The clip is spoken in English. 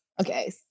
Okay